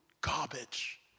garbage